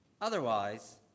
Otherwise